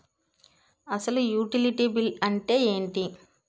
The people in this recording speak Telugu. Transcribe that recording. అసలు యుటిలిటీ బిల్లు అంతే ఎంటి?